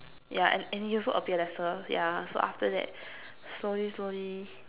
yeah and and he also appear lesser yeah so after that slowly slowly